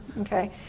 Okay